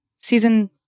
Season